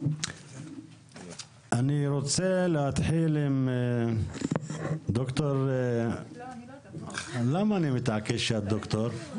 אני רוצה להתחיל עם אורלי ממרכז המידע והמחקר של הכנסת,